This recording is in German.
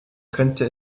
könnte